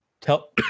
tell